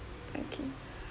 okay